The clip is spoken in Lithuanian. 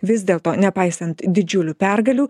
vis dėlto nepaisant didžiulių pergalių